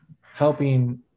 helping